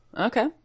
Okay